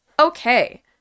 Okay